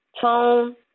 tone